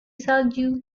salju